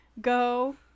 go